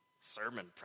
sermon